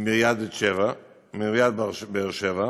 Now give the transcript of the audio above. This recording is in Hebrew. עם עיריית באר שבע.